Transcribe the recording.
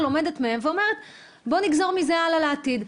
לומדת מהם ואומרת - בואו נגזור מזה הלאה לעתיד.